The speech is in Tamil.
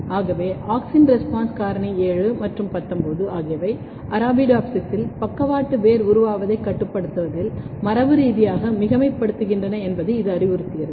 ஆகவே ஆக்ஸின் ரெஸ்பான்ஸ் காரணி 7 மற்றும் 19 ஆகியவை அரபிடோப்சிஸில் பக்கவாட்டு வேர் உருவாவதைக் கட்டுப்படுத்துவதில் மரபணு ரீதியாக மிகைமைப் படுத்துகின்றன என்பதையும் இது அறிவுறுத்துகிறது